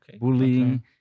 bullying